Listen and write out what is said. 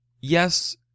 yes